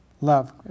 love